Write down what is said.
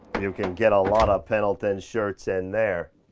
you can get a lot of pendleton shirts in there.